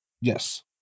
Yes